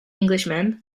englishman